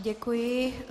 Děkuji.